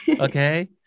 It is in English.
Okay